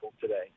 today